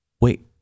Wait